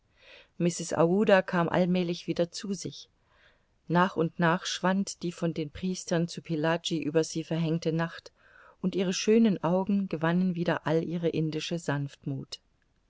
aouda kam allmälig wieder zu sich nach und nach schwand die von den priestern zu pillaji über sie verhängte nacht und ihre schönen augen gewannen wieder all ihre indische sanftmuth